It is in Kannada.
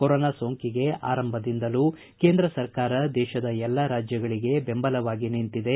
ಕೊರೋನಾ ಸೋಂಕಿಗೆ ಆರಂಭದಿಂದಲೂ ಕೇಂದ್ರ ಸರ್ಕಾರ ದೇಶದ ಎಲ್ಲ ರಾಜ್ಯಗಳಿಗೆ ಬೆಂಬಲವಾಗಿ ನಿಂತಿದೆ